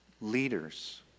leaders